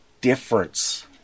difference